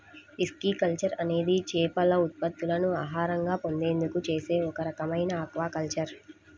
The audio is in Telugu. పిస్కికల్చర్ అనేది చేపల ఉత్పత్తులను ఆహారంగా పొందేందుకు చేసే ఒక రకమైన ఆక్వాకల్చర్